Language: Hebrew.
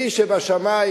אלי שבשמים,